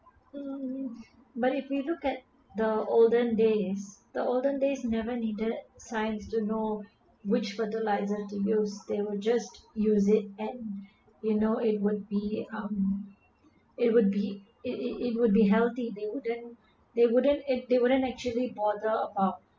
but if we look at the olden days the olden days never needed science to know which fertiliser to use they were just use it and you know it would be um it would be it it it would be healthy they wouldn't they wouldn't they wouldn't actually bother about